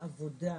העבודה,